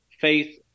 faith